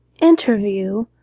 interview